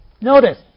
Notice